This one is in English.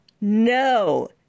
No